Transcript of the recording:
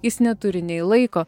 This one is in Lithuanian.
jis neturi nei laiko